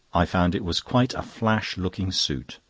i found it was quite a flash-looking suit.